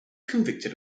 convicted